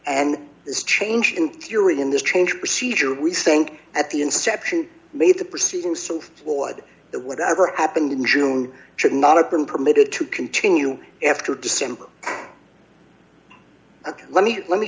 and this change in theory in this change procedure we think at the inception made the proceedings so flawed that whatever happened in june should not have been permitted to continue after december ok let me let me